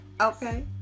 Okay